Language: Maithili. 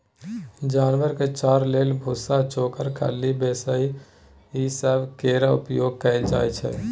जानवर के चारा लेल भुस्सा, चोकर, खल्ली, बेसन ई सब केर उपयोग कएल जाइ छै